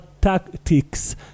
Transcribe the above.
tactics